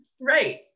right